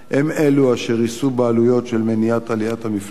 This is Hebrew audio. הם אלו אשר יישאו בעלויות של מניעת עליית המפלס,